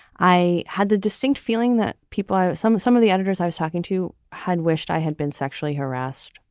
i had the distinct feeling that people are some of some of the editors i was talking to had wished i had been sexually harassed.